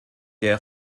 der